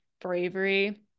bravery